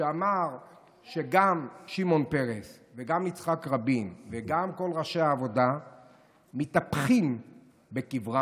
שאמר שגם שמעון פרס וגם יצחק רבין וגם כל ראשי העבודה מתהפכים בקברם,